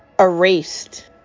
erased